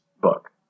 book